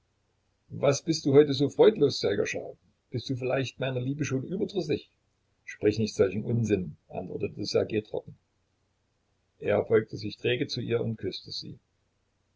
was bist du heute so freudlos sserjoscha bist du vielleicht meiner liebe schon überdrüssig sprich nicht solchen unsinn antwortete ssergej trocken er beugte sich träge zu ihr und küßte sie